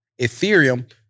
Ethereum